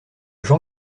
jean